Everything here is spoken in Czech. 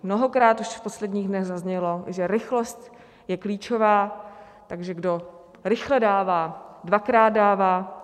Mnohokrát už v posledních dnech zaznělo, že rychlost je klíčová, takže kdo rychle dává, dvakrát dává.